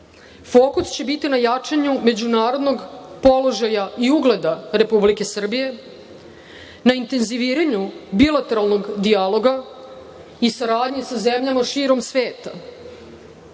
fokus će biti na jačanju međunarodnog položaja i ugleda Republike Srbije, na intenziviranju bilateralnog dijalog i saradnje sa zemljama širom sveta.